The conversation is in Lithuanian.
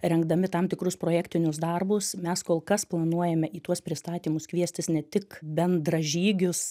rengdami tam tikrus projektinius darbus mes kol kas planuojame į tuos pristatymus kviestis ne tik bendražygius